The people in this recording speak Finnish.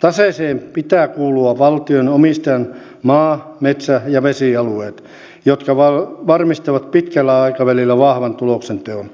taseeseen pitää kuulua valtio omistajan maa metsä ja vesialueet jotka varmistavat pitkällä aikavälillä vahvan tuloksenteon